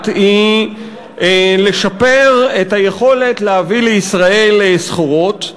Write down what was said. היא שיפור היכולת להביא לישראל סחורות.